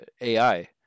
AI